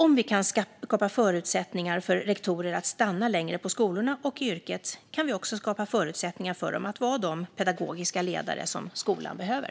Om vi kan skapa förutsättningar för rektorer att stanna längre på skolorna, och i yrket, kan vi också skapa förutsättningar för dem att vara de pedagogiska ledare som skolan behöver.